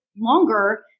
longer